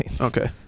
Okay